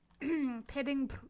pitting